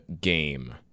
game